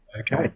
Okay